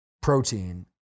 protein